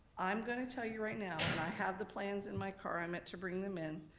i'm gonna tell you right now, and i have the plans in my car i meant to bring them in,